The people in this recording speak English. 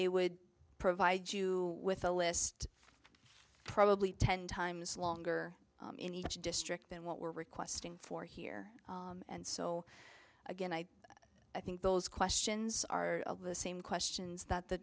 they would provide you with a list probably ten times longer in each district than what we're requesting for here and so again i i think those questions are the same questions that the